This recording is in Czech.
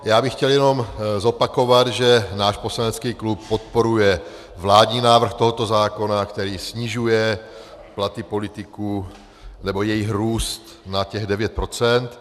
Já bych chtěl jenom zopakovat, že náš poslanecký klub podporuje vládní návrh tohoto zákona, který snižuje platy politiků, nebo jejich růst, na těch 9 %.